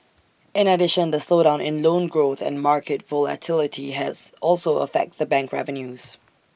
in addition the slowdown in loan growth and market volatility has also affect the bank revenues